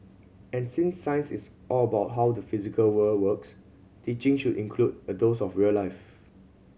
and since science is all about how the physical world works teaching should include a dose of real life